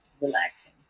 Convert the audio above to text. relaxing